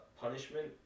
punishment